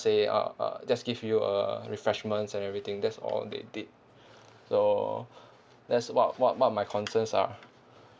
say uh uh just give you uh refreshments and everything that's all they did so that's about what my my concerns are